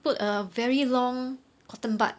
put a very long cotton bud